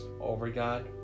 Overgod